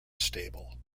stable